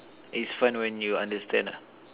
it's fun when you understand lah